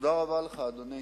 תודה רבה לך, אדוני.